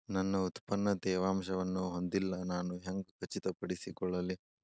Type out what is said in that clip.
ನನ್ನ ಉತ್ಪನ್ನ ತೇವಾಂಶವನ್ನು ಹೊಂದಿಲ್ಲಾ ನಾನು ಹೆಂಗ್ ಖಚಿತಪಡಿಸಿಕೊಳ್ಳಲಿ?